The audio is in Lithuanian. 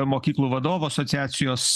mokyklų vadovų asociacijos